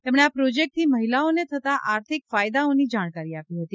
તેમણે આ પ્રોજેક્ટથી મહિલાઓને થતા આર્થિક ફાયદાઓની જાણકારી આપી હતી